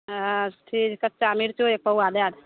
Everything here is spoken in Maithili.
फिर कच्चा मिर्चा भी एक पौआ दै देथिन